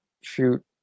shoot